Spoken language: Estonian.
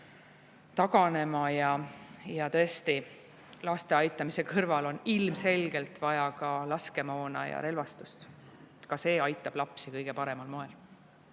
taganema. Tõesti, laste aitamise kõrval on Ukrainal ilmselgelt vaja ka laskemoona ja relvastust. Seegi aitab lapsi kõige paremal moel.